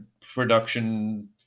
production